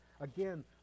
again